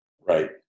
Right